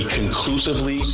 conclusively